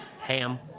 ham